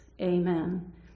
Amen